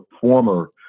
former